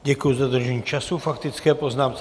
Děkuji za dodržení času k faktické poznámce.